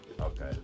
Okay